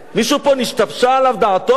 מישהו פה נשתבשה עליו דעתו?